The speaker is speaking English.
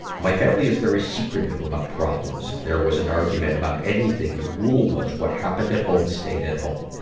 my family is very secretive about problems. if there was an argument about anything, the rule was what happened at home stayed at home.